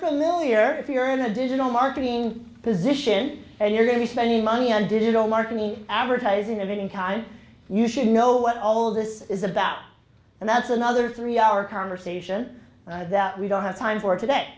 familiar if you're an additional marketing position and you're going to spend the money on digital mark me advertising of any kind you should know what all this is about and that's another three hour conversation that we don't have time for today